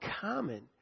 common